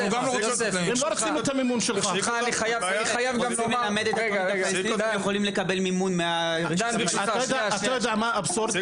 אני חייב לומר --- זה פשוט אבסורד